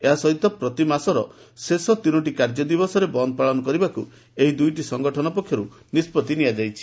ଏହା ସହିତ ପ୍ରତି ମାସର ଶେଷ ତିନୋଟି କାର୍ଯ୍ୟ ଦିବସରେ ବନ୍ଦ ପାଳନ କରିବାକୁ ଏହି ଦୁଇଟି ସଂଗଠନ ପକ୍ଷର୍ ନିଷ୍ବଭି ନିଆଯାଇଛି